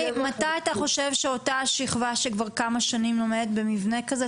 מתי אתה חושב שאותה השכבה שכבר כמה שנים לומדת במבנה כזה,